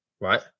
right